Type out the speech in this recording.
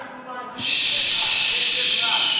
אנחנו מאזינים לך בקשב רב.